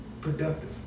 productive